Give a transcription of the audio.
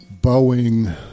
Boeing